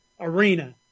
Arena